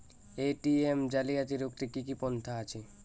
ATM জালিয়াতি রুখতে কি কি পন্থা আছে?